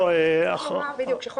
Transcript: חוק